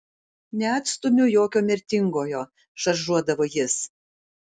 neatstumiu jokio mirtingojo šaržuodavo jis